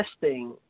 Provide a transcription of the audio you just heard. testing